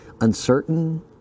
uncertain